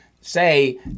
say